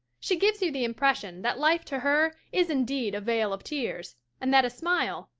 she gives you the impression that life to her is indeed a vale of tears, and that a smile,